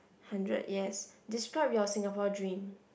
hundred yes describe your Singapore dream